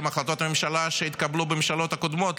את החלטות הממשלה שהתקבלו בממשלות הקודמות,